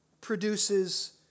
produces